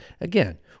again